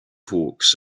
hawks